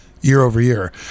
year-over-year